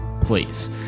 Please